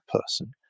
person